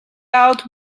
out